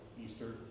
Easter